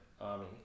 army